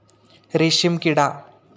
रेशीमकिडा